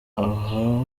aha